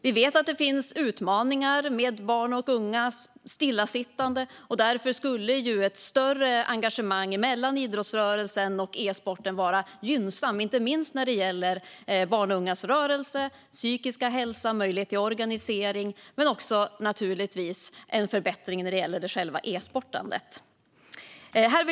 Vi vet att det finns utmaningar med barns och ungas stillasittande, och därför skulle ett större engagemang mellan idrottsrörelsen och e-sporten vara gynnsam, inte minst när det gäller barns och ungas rörelse, psykiska hälsa och möjlighet till organisering. Det skulle också innebära en förbättring för själva e-sportandet.